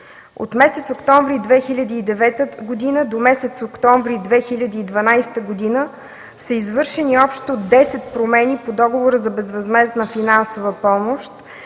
От месец октомври 2009 г. до месец октомври 2012 г. са извършени общо десет промени по договора за безвъзмездна финансова помощ,